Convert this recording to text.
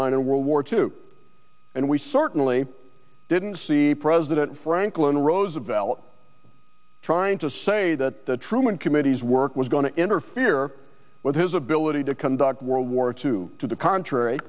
line in world war two and we certainly didn't see president franklin roosevelt trying to say that the truman committee's work was going to interfere with his ability to conduct world war two to the contrary